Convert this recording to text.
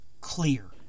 clear